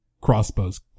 crossbows